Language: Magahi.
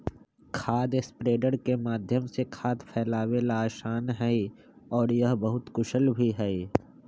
खाद स्प्रेडर के माध्यम से खाद फैलावे ला आसान हई और यह बहुत कुशल भी हई